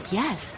yes